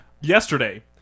yesterday